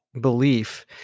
belief